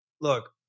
look